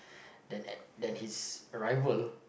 than at than his rival